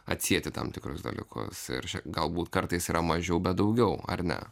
atsieti tam tikrus dalykus ir galbūt kartais yra mažiau bet daugiau ar ne